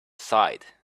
side